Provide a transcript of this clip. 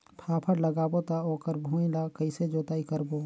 फाफण लगाबो ता ओकर भुईं ला कइसे जोताई करबो?